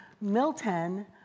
Milton